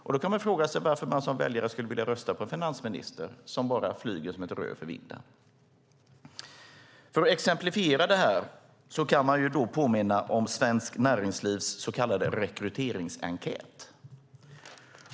Man kan undra varför man som väljare skulle rösta på en finansminister som flyger som ett rö för vinden. Man kan påminna om Svenskt Näringslivs så kallade rekryteringsenkät.